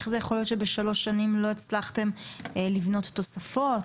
איך זה יכול להיות שבשלוש שנים לא הצלחתם לבנות תוספות,